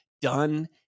done